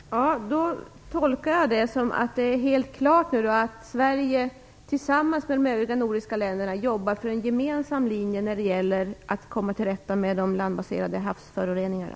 Fru talman! Då tolkar jag det som att det är helt klart att Sverige tillsammans med de övriga nordiska länderna jobbar för en gemensam linje när det gäller att komma till rätta med de landbaserade havsföroreningarna.